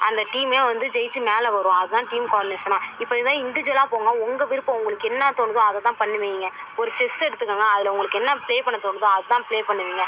அந்த டீமே வந்து ஜெயிச்சு மேலே வரும் அதான் டீம் கோர்டினேஷனா இப்போ இதான் இண்டிஜுவலாக போங்க உங்கள் விருப்பம் உங்களுக்கு என்ன தோணுதோ அதை தான் பண்ணுவீங்க ஒரு செஸ் எடுத்துக்கோங்க அதில் உங்களுக்கு என்ன ப்ளே பண்ணத் தோணுதோ அதான் ப்ளே பண்ணுவீங்க